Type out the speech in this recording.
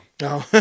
No